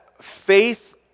faith